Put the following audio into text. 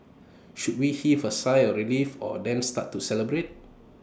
should we heave A sigh of relief or then start to celebrate